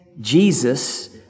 Jesus